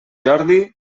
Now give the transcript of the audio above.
jordi